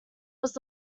was